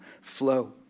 flow